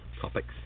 topics